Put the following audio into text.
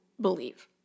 believe